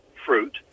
fruit